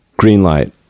Greenlight